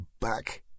back